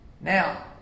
Now